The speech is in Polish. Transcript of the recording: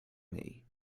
niej